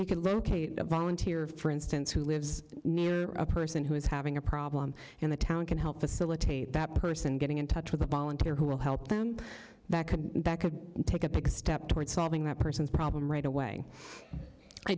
we could locate a volunteer for instance who lives near a person who is having a problem in the town can help facilitate that person getting in touch with a volunteer who will help them that could back and take a big step toward solving that person's problem right away i